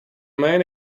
main